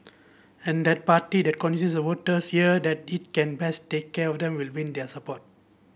and that party that voters here that it can best take care of them will win their support